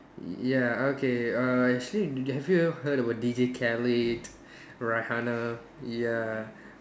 ya okay err actually do have you ever heard about DJ Khalid Rihanna ya